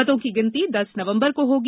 मतों की गिनती दस नवम्बर को होगी